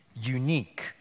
unique